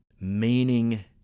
meaning